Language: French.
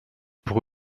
pour